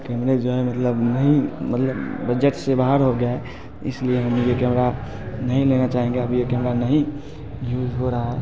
कैमरे जो है मतलब नहीं मतलब बजट से बाहर हो गया है इस लिए हम ने कैमरा नहीं लेना चाहेंगे अभी ये कैमरा नहीं यूज हो रहा है